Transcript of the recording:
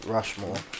Rushmore